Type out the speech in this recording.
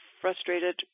frustrated